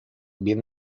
bien